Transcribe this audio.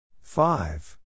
Five